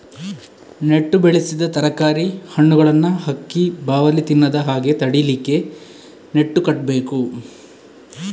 ನೆಟ್ಟು ಬೆಳೆಸಿದ ತರಕಾರಿ, ಹಣ್ಣುಗಳನ್ನ ಹಕ್ಕಿ, ಬಾವಲಿ ತಿನ್ನದ ಹಾಗೆ ತಡೀಲಿಕ್ಕೆ ನೆಟ್ಟು ಕಟ್ಬೇಕು